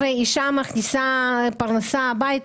ואז נגיע לשיא שלא ראינו מאז 2008. זה משתקף בכל דבר בחיי האזרחים.